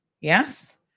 Yes